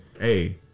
hey